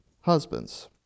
husbands